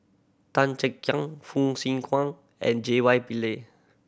Tan Chay Yan Fong Swee Suan and J Y Pillay